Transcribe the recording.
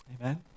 Amen